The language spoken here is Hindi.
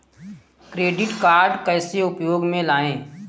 क्रेडिट कार्ड कैसे उपयोग में लाएँ?